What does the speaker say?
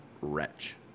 wretch